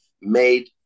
made